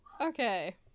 okay